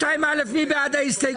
אנחנו מצביעים על הסתייגות ל-5(2)(א).